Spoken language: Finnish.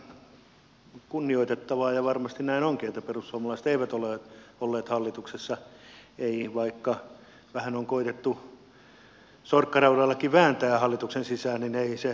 edustaja heikkilä pesi puhtaaksi puolueensa mikä on ihan kunnioitettavaa ja varmasti näin onkin että perussuomalaiset eivät ole olleet hallituksessa eivät vaikka vähän on koetettu sorkkaraudallakin vääntää hallituksen sisään niin ei se kelvannut